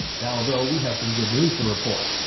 now though, we have some good news to report,